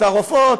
את הרופאות,